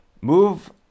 move